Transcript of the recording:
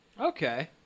Okay